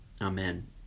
Amen